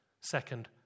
second